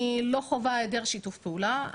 אני לא חווה היעדר שיתוף פעולה.